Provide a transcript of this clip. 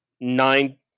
nine